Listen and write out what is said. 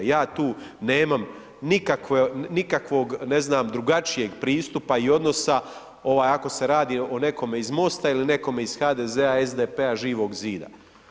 Ja tu nemam nikakvog ne znam, drugačijeg pristupa i odnosa, ako se radi o nekome iz Mosta ili nekome iz HDZ-a, SDP-a, Živog zida.